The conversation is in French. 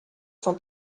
son